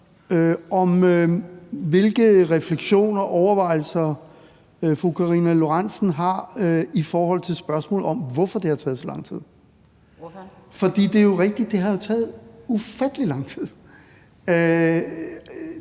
om, hvilke refleksioner og overvejelser fru Karina Lorentzen Dehnhardt har gjort sig i forhold til spørgsmålet om, hvorfor det har taget så lang tid, for det er jo rigtigt, at det har taget ufattelig lang tid.